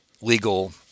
legal